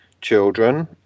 children